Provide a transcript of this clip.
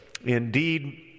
Indeed